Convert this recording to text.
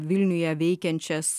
vilniuje veikiančias